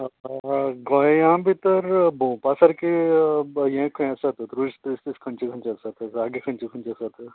गोंया भितर भोंवपा सारके हे खंय आसा दृश्ट प्लेसीज खंयचे खंयचे आसा जागे खंयचें खंयचे आसात